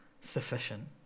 sufficient